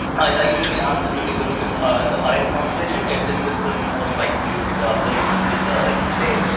i usually ask them to take a look at the orion constellation. it's visible in the most like light ah polluted cities ah like la.